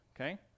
okay